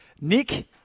Nick